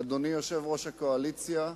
אדוני יושב-ראש הקואליציה,